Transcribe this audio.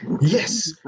Yes